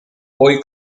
poi